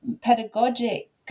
pedagogic